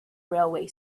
railway